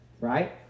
Right